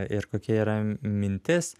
ir kokia yra mintis